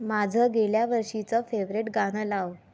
माझं गेल्या वर्षीचं फेवरेट गाणं लाव